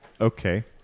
Okay